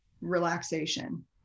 relaxation